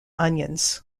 onions